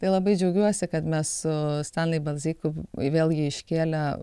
tai labai džiaugiuosi kad mes su stanliai balzeku vėl jį iškėlę